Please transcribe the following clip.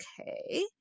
okay